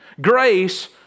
Grace